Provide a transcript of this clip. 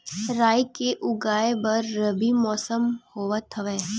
राई के उगाए बर रबी मौसम होवत हवय?